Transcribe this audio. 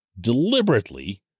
deliberately